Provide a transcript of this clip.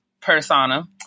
persona